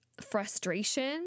frustration